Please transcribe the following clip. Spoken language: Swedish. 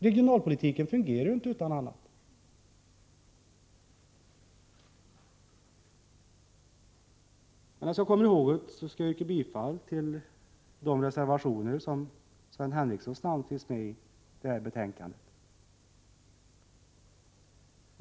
Regionalpolitiken fungerar inte annars. Jag yrkar bifall till de reservationer till betänkandet där Sven Henricssons namn finns med. Fru talman!